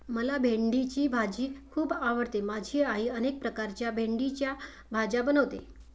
मला भेंडीची भाजी खूप आवडते माझी आई अनेक प्रकारच्या भेंडीच्या भाज्या बनवते